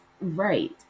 right